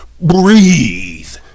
Breathe